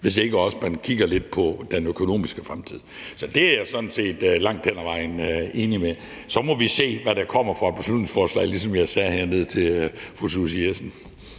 hvis ikke man også kigger lidt på den økonomiske fremtid. Så det er jeg sådan set langt hen ad vejen enig i. Så må vi se, hvilke beslutningsforslag der kommer, ligesom jeg sagde hernede til fru Susie Jessen.